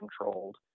controlled